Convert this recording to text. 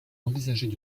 envisageait